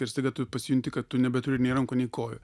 ir staiga tu pasijunti kad tu nebeturi nei rankų nei kojų